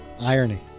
irony